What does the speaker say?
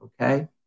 Okay